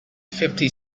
fifty